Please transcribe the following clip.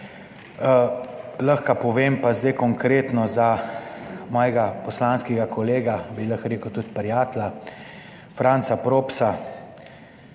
Lahko povem pa zdaj konkretno za mojega poslanskega kolega, bi lahko rekel tudi prijatelja Franca Propsa,